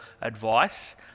advice